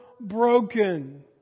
broken